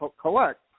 collect